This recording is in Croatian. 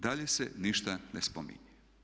Dalje se ništa ne spominje.